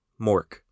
Mork